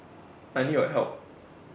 I need your help